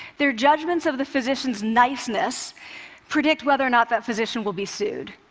their judgments of the physician's niceness predict whether or not that physician will be sued.